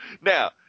Now